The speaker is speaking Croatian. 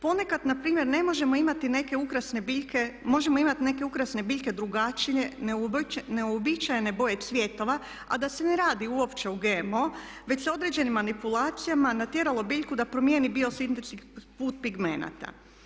Ponekad na primjer ne možemo imati neke ukrasne biljke, možemo imati neke ukrasne biljke drugačije neuobičajene boje cvjetova a da se ne radi uopće o GMO, već se određenim manipulacijama natjeralo biljku da promijeni biosintetski put pigmenata.